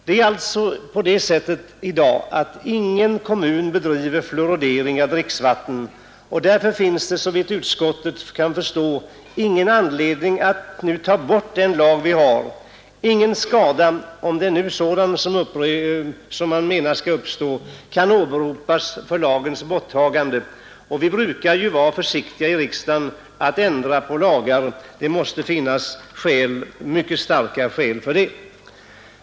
Det är alltså på det sättet i dag, att ingen kommun bedriver fluoridering av dricksvattnet. Därför finns det, såvitt utskottet kan förstå, ingen anledning att nu ta bort den lag vi har. Ingen skada — om det nu är det man menar skall uppstå — kan åberopas för lagens borttagande. Och vi brukar ju i riksdagen vara försiktiga med att ändra på lagar. Det måste finnas mycket starka skäl för det.